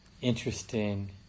interesting